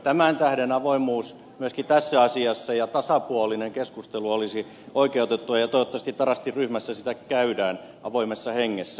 tämän tähden avoimuus ja tasapuolinen keskustelu myöskin tässä asiassa olisi oikeutettua ja toivottavasti tarastin ryhmässä sitä käydään avoimessa hengessä